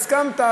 הסכמת.